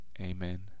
Amen